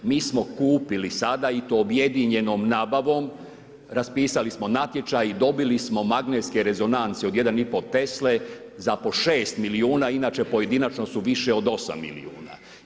Mi smo kupili sada i to objedinjenom nabavom, raspisali smo natječaj i dobili smo magnetske rezonance od 1,5 Tesle za po 6 milijuna, inače pojedinačno su više od 8 milijuna.